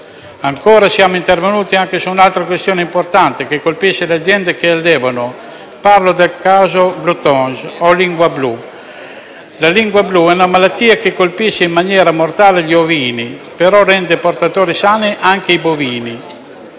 Siamo intervenuti anche su un'altra questione importante che colpisce le aziende che si occupano di allevamenti. Parlo del caso *blue tongue* o lingua blu. La lingua blu è una malattia che colpisce in maniera mortale gli ovini, ma rende portatori sani anche i bovini